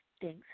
thanks